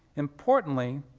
importantly,